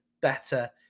better